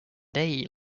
day